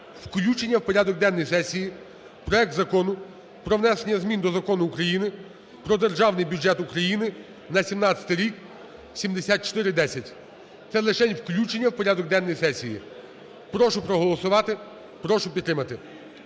включення в порядок денний сесії проект Закону про внесення змін до Закону України "Про Державний бюджет України на 2017 рік" (7410). Це лишень включення в порядок денний сесії. Прошу проголосувати, прошу підтримати.